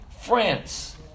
France